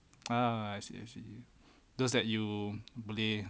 ah I see I see those that you malay